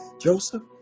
Joseph